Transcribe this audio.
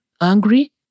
angry